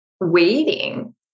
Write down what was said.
waiting